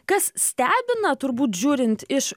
kas stebina turbūt žiūrint iš